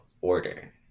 order